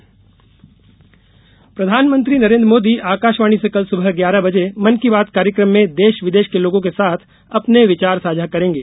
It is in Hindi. मन की बात प्रधानमंत्री नरेन्द्र मोदी आकाशवाणी से कल सुबह ग्यारह बजे मन की बात कार्यक्रम में देश विदेश के लोगों के साथ अपने विचार साझा करेंगे